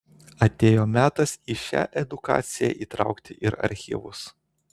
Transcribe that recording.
atėjo metas į šią edukaciją įtraukti ir archyvus